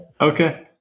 Okay